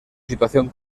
situación